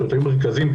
תתי מרכזים,